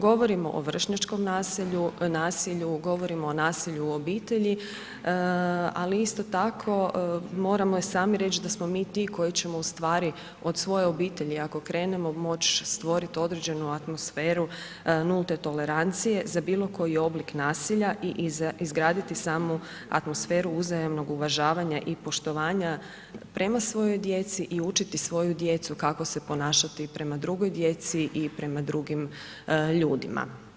Govorimo o vršnjačkom nasilju, govorimo o nasilju u obitelji ali isto tako moramo i sami reći da smo mi ti koji ćemo ustvari od svoje obitelji ako krenemo moći stvoriti određenu atmosferu nulte tolerancije za bilokoji oblik nasilja i izgraditi samu atmosferu uzajamnog uvažavanja i poštovanja prema svojoj djeci i učiti svoju djecu kako se ponašati prema drugoj djeci i prema drugim ljudima.